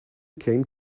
came